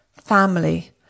family